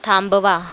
थांबवा